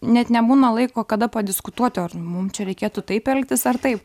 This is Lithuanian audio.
net nebūna laiko kada padiskutuoti ar mum čia reikėtų taip elgtis ar taip